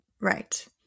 Right